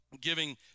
giving